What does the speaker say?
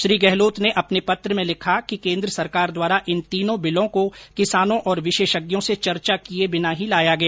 श्री गहलोत ने अपने पत्र में लिखा कि कोन्द्र सरकार द्वारा इन तीनों बिलों को किसानों और विशेषज्ञों से चर्चा किए बिना ही लाया गया